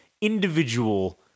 individual